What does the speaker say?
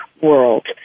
world